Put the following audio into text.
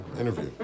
interview